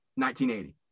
1980